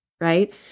right